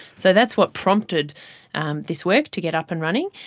so that's what prompted this work to get up and running.